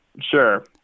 sure